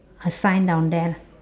a sign down there lah